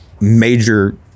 major